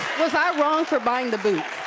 was i wrong for buying the boots?